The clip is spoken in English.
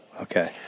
Okay